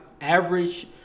average